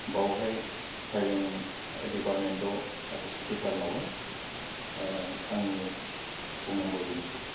बावहाय भाइलिन डिपार्टमेन्टाव टिसार मावो आंनि बुंनांगौआ बेनोसै